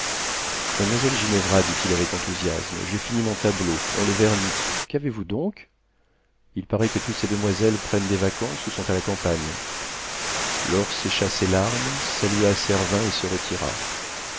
ginevra dit-il avec enthousiasme j'ai fini mon tableau on le vernit qu'avez-vous donc il paraît que toutes ces demoiselles prennent des vacances ou sont à la campagne laure sécha ses larmes salua servin et se retira